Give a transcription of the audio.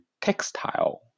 textile